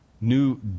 new